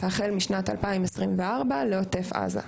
החל משנת 2024 לעוטף עזה.